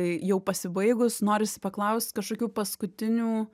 jau pasibaigus norisi paklaust kažkokių paskutinių